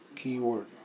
Keyword